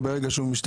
רוצח הוא רוצח